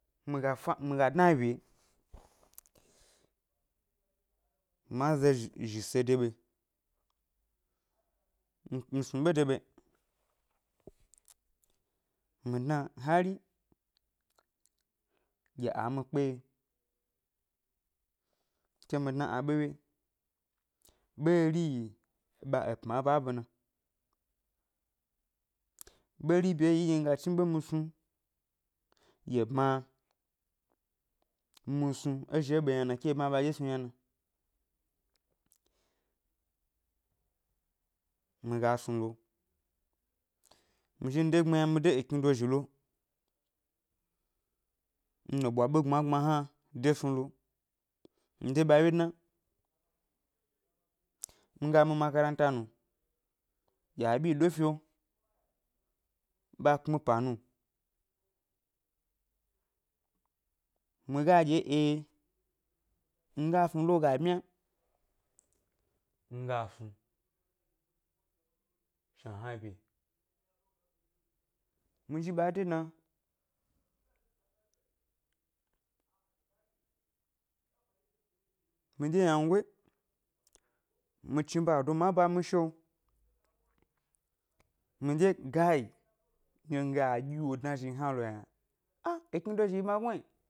Mi ga fa mi ga dna bye mǎ ze ʻzhi, ʻzhi se dé ɓa yi mi, mi snu ʻɓe de ɓa yi mi dna hari gi ǎ mi kpeye ke mi dna aɓe ʻwye ɓeri yi ɓa epma é ʻba ɓe na, ɓeri bye yi nɗye mi ga chniɓe mi snu gi è bma mi snu é zhe ɓe yna na ke e bma ɓaɗye snu yna na, mi ga snu lo mi zhi mi dé gbmiya mi dé ekni dozhi lo nlo ɓwa ɓe gbmagbma hna dé snu lo ndé ɓa ʻwye dna, nga mi makalanta nu gi aɓyi ɗo fio ɓa kpmi ʻpa nu mi ga ɗye e nga snu lo ga byma, nga snu, shna hna bye nzhi ɓa dé dna, miɗye ynangoyi mi chni ba-do ma ʻba mi shio miɗye gayi nɗye nga ɗyi wo dnaré ʻzhi hna lo yna ha ekni dozhi yi bmagnu n.